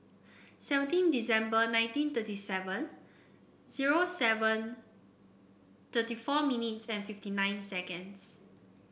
seventeen December nineteen thirty seven zero seven thirty four minutes and fifty nine seconds